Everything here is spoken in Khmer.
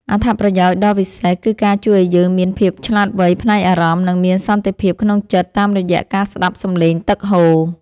អត្ថប្រយោជន៍ដ៏វិសេស គឺការជួយឱ្យយើងមានភាពឆ្លាតវៃផ្នែកអារម្មណ៍ និងមានសន្តិភាពក្នុងចិត្តតាមរយៈការស្ដាប់សម្លេងទឹកហូរ។